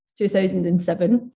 2007